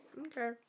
Okay